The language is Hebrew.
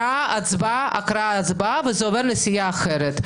הקראה הצבעה, הקראה הצבעה, וזה עובר לסיעה אחרת.